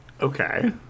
Okay